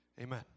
Amen